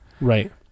Right